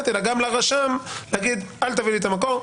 אלא גם לרשם להגיד: אל תביא לי את המקור,